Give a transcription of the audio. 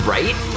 Right